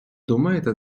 думаєте